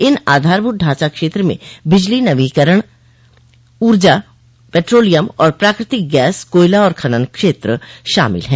इन आधारभूत ढांचा क्षेत्र में बिजली नवीकरणीय ऊर्जा पेट्रोलियम और प्राकृतिक गैस कोयला और खनन क्षेत्र शामिल हैं